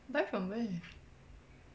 buy from where